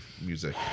music